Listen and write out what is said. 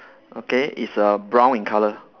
okay it's err brown in color